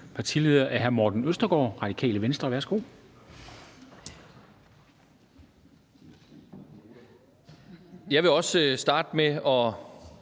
partileder er hr. Morten Østergaard, Radikale Venstre. Værsgo. Kl. 13:23 Spm. nr.